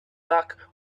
luck